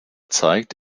zeigt